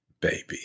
baby